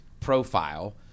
profile